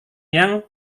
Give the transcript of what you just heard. yang